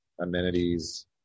amenities